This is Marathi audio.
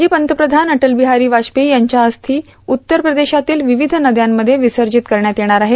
माजी पंतप्रधान अटलबिहारी वाजपेयी यांच्या अस्थि उत्तर प्रदेशातील विविध नद्यांमध्ये विसर्जित करण्यात येणार आहेत